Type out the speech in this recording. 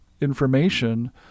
information